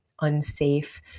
unsafe